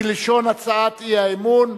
כלשון הצעת האי-אמון.